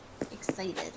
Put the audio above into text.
excited